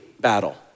battle